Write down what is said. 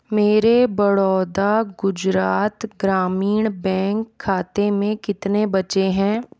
मेरे बड़ौदा गुजरात ग्रामीण बैंक खाते में कितने बचे हैं